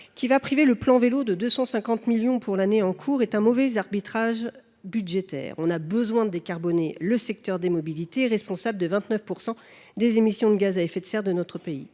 qui va priver le plan Vélo de 250 millions d’euros pour l’année en cours, est un mauvais arbitrage budgétaire. Nous avons besoin de décarboner le secteur des mobilités, responsable de 29 % des émissions de gaz à effet de serre de notre pays.